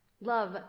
Love